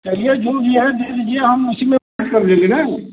कहिए जो दिया है दे दीजिए हम उसी में कर देंगे ना